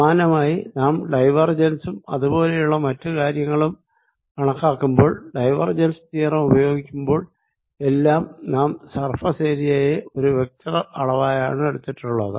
സമാനമായി നാം ഡൈവേർജൻസും അത് പോലെയുള്ള മറ്റു കാര്യങ്ങളും കണക്കാക്കുമ്പോൾ ഡൈവേർജെൻസ് തിയറം ഉപയോഗിക്കുമ്പോൾ എല്ലാം നാം സർഫേസ് ഏരിയയെ ഒരു വെക്ടർ അളവയാണ് എടുത്തിട്ടുള്ളത്